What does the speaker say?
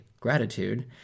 gratitude